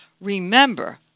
Remember